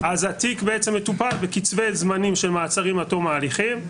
אז התיק מטופל בקצבי זמנים של מעצרים עד תום ההליכים.